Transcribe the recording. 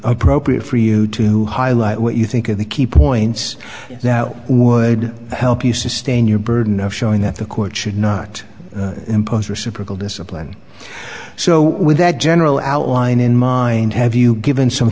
appropriate for you to highlight what you think are the key points now would help you sustain your burden of showing that the court should not impose reciprocal discipline so with that general outline in mind have you given some